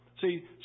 See